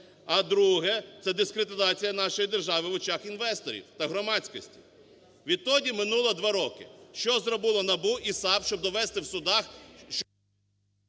а друге – це дискредитація нашої держави в очах інвесторів та громадськості. Відтоді минуло два роки. Що зробило НАБУ і САП, щоб довести в судах…